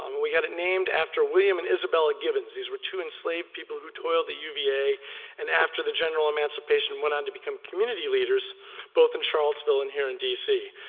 um we got it named after william and isabella gibbons. these were two enslaved people who toiled at uva and after the general emancipation went on to become community leaders both in charlottesville and here in d c.